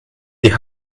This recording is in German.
die